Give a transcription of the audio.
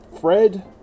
Fred